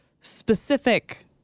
specific